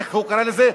איך הוא קרא לזה,